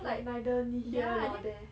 like neither here or there